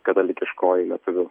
katalikiškoji lietuvių